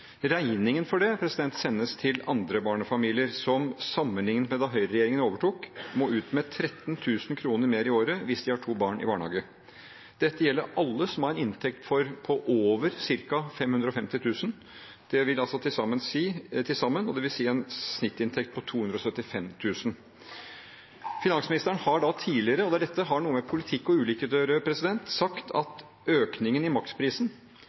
Regningen for det sendes til andre barnefamilier, som sammenlignet med da høyreregjeringen overtok, må ut med 13 000 kr mer i året hvis de har to barn i barnehage. Dette gjelder alle som har en inntekt på over ca. 550 000 kr til sammen, dvs. en snittinntekt på 275 000. Finansministeren har tidligere, og dette har noe med politikk og ulikhet å gjøre, sagt at økningen i maksprisen